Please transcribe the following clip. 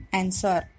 answer